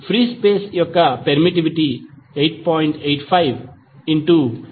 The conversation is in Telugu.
ఫ్రీ స్పేస్ యొక్క పెర్మిటివిటీ 8